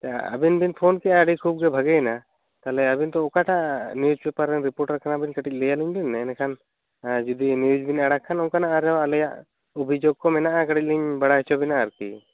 ᱟᱵᱮᱱ ᱵᱮᱱ ᱯᱷᱳᱱ ᱠᱮᱜᱼᱟ ᱟᱹᱰᱤ ᱠᱷᱩᱵ ᱜᱮ ᱵᱷᱟᱹᱜᱤᱭᱮᱱᱟ ᱛᱟᱦᱚᱞᱮ ᱟᱵᱮᱱ ᱫᱚ ᱚᱠᱟᱴᱟᱜ ᱱᱤᱭᱩᱡ ᱯᱮᱯᱟᱨ ᱨᱮᱱ ᱨᱤᱯᱳᱴᱟᱨ ᱠᱟᱱᱟ ᱵᱮᱱ ᱠᱟᱹᱴᱤᱡ ᱞᱟᱹᱭᱟᱞᱤᱧ ᱵᱮᱱ ᱤᱱᱟᱹ ᱠᱷᱟᱱ ᱡᱩᱫᱤ ᱱᱤᱭᱩᱡ ᱵᱮᱱ ᱟᱲᱟᱜ ᱠᱷᱟᱱ ᱚᱱᱟᱠᱟᱱᱟᱜ ᱟᱨᱦᱚᱸ ᱟᱞᱮᱭᱟᱜ ᱚᱵᱷᱤᱡᱳᱠ ᱠᱚ ᱢᱮᱱᱟᱜᱼᱟ ᱠᱟᱹᱴᱤᱡ ᱞᱤᱧ ᱵᱟᱲᱟᱭ ᱚᱪᱚ ᱵᱮᱱᱟ ᱟᱨᱠᱤ